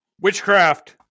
Witchcraft